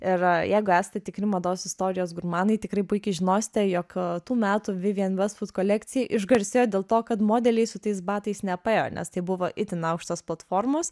ir jeigu esate tikri mados istorijos gurmanai tikrai puikiai žinosite jog tų metų vivjen vestvud kolekcija išgarsėjo dėl to kad modeliai su tais batais nepaėjo nes tai buvo itin aukštos platformos